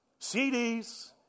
CDs